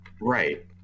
Right